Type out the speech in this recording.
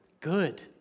Good